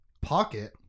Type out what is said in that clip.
Pocket